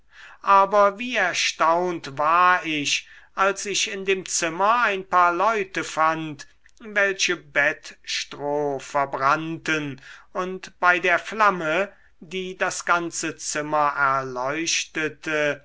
aber wie erstaunt war ich als ich in dem zimmer ein paar leute fand welche bettstroh verbrannten und bei der flamme die das ganze zimmer erleuchtete